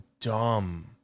dumb